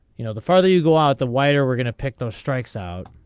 you know the further you go out the wider we're gonna pick those strikes out.